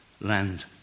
land